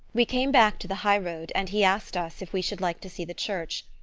we came back to the high-road, and he asked us if we should like to see the church.